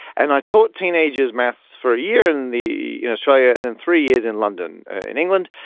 and i taught teenagers maths for a year in the in australia and then three years in london, in england.